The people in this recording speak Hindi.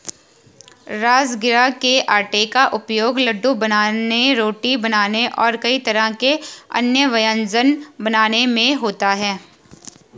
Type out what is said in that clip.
राजगिरा के आटे का उपयोग लड्डू बनाने रोटी बनाने और कई तरह के अन्य व्यंजन बनाने में होता है